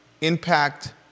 impact